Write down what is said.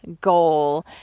goal